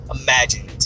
imagine